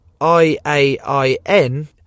I-A-I-N